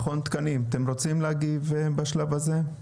מכון תקנים אתם רוצים להגיב בשלב הזה?